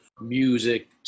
music